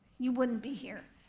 you wouldn't be here.